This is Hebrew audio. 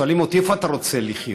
שואלים אותי: איפה אתה רוצה לחיות,